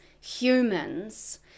humans